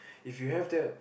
if you have that